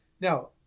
now